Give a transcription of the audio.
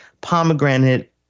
pomegranate